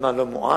וזמן לא מועט.